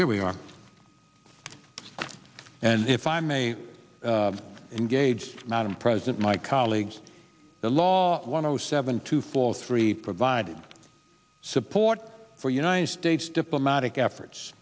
where we are and if i may engage madam president my colleagues the law one o seven to floor three provided support for united states diplomatic efforts